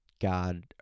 God